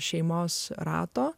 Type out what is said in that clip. šeimos rato